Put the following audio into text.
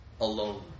Alone